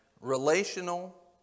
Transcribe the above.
relational